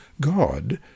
God